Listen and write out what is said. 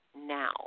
now